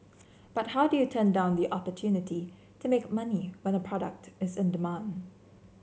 but how do you turn down the opportunity to make money when a product is in demand